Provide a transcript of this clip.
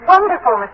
Wonderful